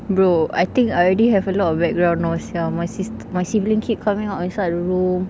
bro I think I already have a lot of background noise here my sister my sibling keep coming out inside the room